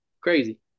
crazy